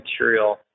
material